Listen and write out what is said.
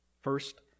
First